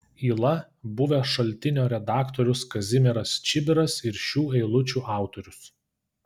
yla buvęs šaltinio redaktorius kazimieras čibiras ir šių eilučių autorius